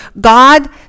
God